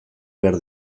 behar